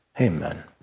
Amen